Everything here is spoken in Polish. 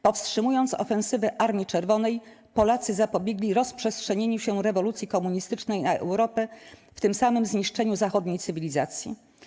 Powstrzymując ofensywę Armii Czerwonej, Polacy zapobiegli rozprzestrzenieniu się rewolucji komunistycznej na Europę i tym samym zniszczeniu zachodniej cywilizacji.